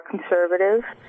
conservative